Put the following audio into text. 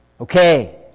Okay